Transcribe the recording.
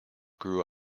grew